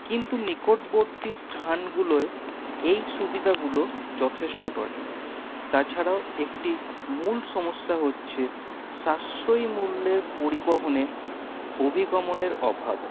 কিন্তু নিকটবর্তী স্থানগুলোয় এই সুবিধাগুলো যথেষ্ট নয় তাছাড়াও একটি মূল সমস্যা হচ্ছে সাশ্রয়ী মূল্যের পরিবহনে অভিগমনের অভাব